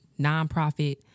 nonprofit